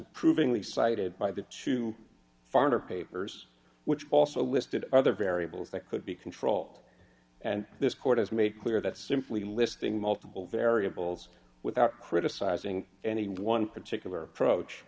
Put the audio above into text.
approvingly cited by the two foreigner papers which also listed other variables that could be control and this court has made clear that simply listing multiple variables without criticizing any one particular approach